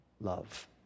love